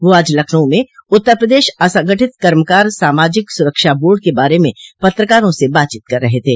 वह आज लखनऊ में उत्तर प्रदेश असंगठित कर्मकार सामाजिक सुरक्षा बोर्ड के बारे में पत्रकारों से बातचीत कर रहे थे